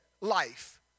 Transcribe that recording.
life